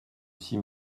six